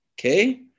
Okay